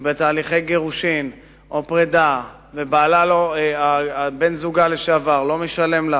היא בתהליכי גירושין או פרידה ובן-זוגה לשעבר לא משלם לה